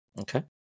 Okay